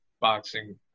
boxing